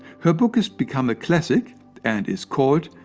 her book has become a classic and is called,